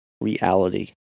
reality